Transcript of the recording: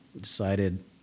decided